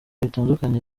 bitandukanye